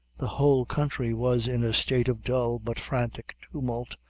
the whole country was in a state of dull but frantic tumult,